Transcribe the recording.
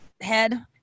head